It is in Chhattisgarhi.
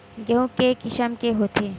गेहूं के किसम के होथे?